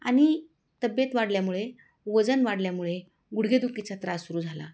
आणि तब्येत वाढल्यामुळे वजन वाढल्यामुळे गुडघेदुखीचा त्रास सुरू झाला